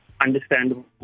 understandable